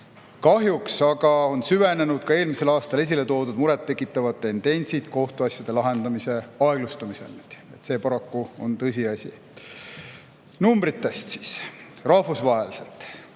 Kahjuks aga on süvenenud ka eelmisel aastal esile toodud muret tekitavad tendentsid kohtuasjade lahendamise aeglustumisel. See paraku on tõsiasi. Nüüd numbritest, kõigepealt rahvusvaheliselt.